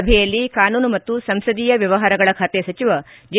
ಸಭೆಯಲ್ಲಿ ಕಾನೂನು ಮತ್ತು ಸಂಸದೀಯ ವ್ಯವಹಾರಗಳ ಖಾತೆ ಸಚಿವ ಜೆ